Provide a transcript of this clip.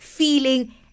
Feeling